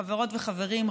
חברות וחברים,